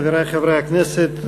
חברי חברי הכנסת,